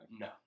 No